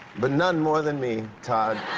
but none more than me, todd.